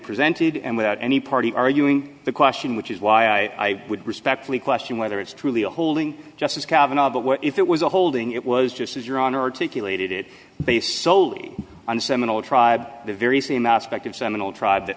presented and without any party arguing the question which is why i would respectfully question whether it's truly a holding justice cavanagh but what if it was a holding it was just as your honor articulated it based soley on the seminole tribe the very same aspect of seminole tribe that